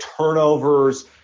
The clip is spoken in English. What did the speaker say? turnovers